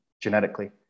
genetically